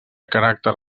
caràcter